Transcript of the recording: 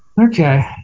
Okay